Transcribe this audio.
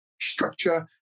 structure